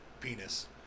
penis